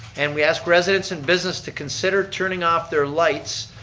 and we ask residents in business to consider turning off their lights.